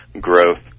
growth